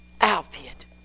outfit